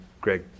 Greg